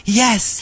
yes